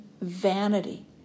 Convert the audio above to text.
vanity